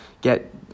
get